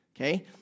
Okay